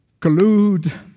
collude